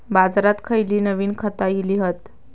बाजारात खयली नवीन खता इली हत?